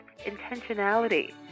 intentionality